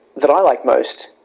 that i like most,